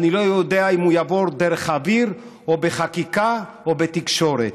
אני לא יודע אם הוא יעבור דרך האוויר או בחקיקה או בתקשורת,